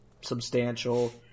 substantial